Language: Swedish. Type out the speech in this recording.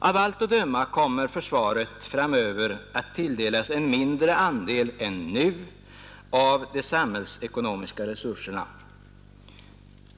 Av allt att döma kommer försvaret framöver att tilldelas en mindre andel än nu av de samhällsekonomiska resurserna.